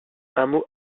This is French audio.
hameau